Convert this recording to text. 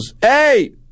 Hey